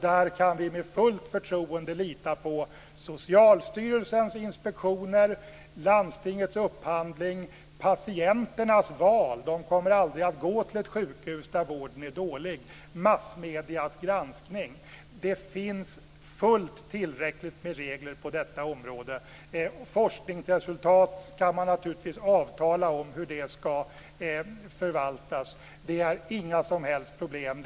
Där kan vi med fullt förtroende lita på Socialstyrelsens inspektioner, landstingets upphandling och patienternas val. Patienterna kommer aldrig att gå till sjukhus där vården är dålig. Sedan har vi massmediernas granskning. Det finns alltså fullt tillräckligt med regler på detta område. Hur forskningsresultat ska förvaltas kan man naturligtvis avtala om. Det är inga som helst problem.